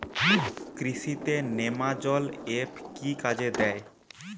কৃষি তে নেমাজল এফ কি কাজে দেয়?